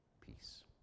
peace